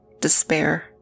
Despair